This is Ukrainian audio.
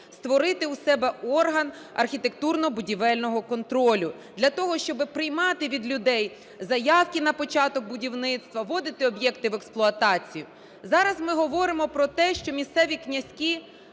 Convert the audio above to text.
створити у себе орган архітектурно-будівельного контролю для того, щоб приймати від людей заявки на початок будівництва, вводити об'єкти в експлуатацію. Зараз ми говоримо про те, що місцеві князькі